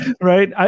right